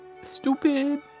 Stupid